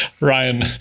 ryan